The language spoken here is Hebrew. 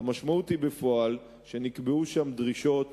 המשמעות בפועל היא שנקבעו דרישות